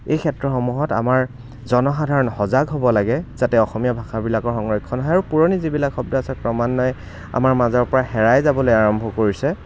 এই ক্ষেত্ৰসমূহত আমাৰ জনসাধাৰণ সজাগ হ'ব লাগে যাতে অসমীয়া ভাষাবিলাকৰ সংৰক্ষণ হয় আৰু পুৰণি যিবিলাক শব্দ আছে ক্ৰমান্বয়ে আমাৰ মাজৰ পৰা হেৰাই যাবলৈ আৰম্ভ কৰিছে